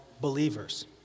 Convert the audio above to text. believers